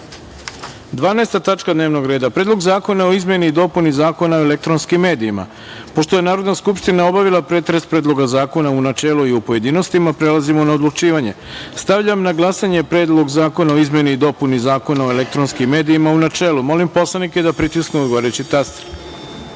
tačka dnevnog reda – Predlog zakona o izmeni i dopuni Zakona o elektronskim medijima. Pošto je Narodna skupština obavila pretres Predloga zakona u načelu i u pojedinostima, prelazimo na odlučivanje. Stavljam na glasanje Predlog zakona o izmeni i dopuni Zakona o elektronskim medijima, u načelu. Molim poslanike da pritisnu odgovarajući